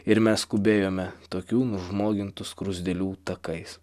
ir mes skubėjome tokių nužmogintų skruzdėlių takais